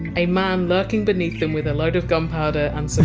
a man lurking beneath them with a load of gunpowder and so